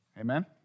Amen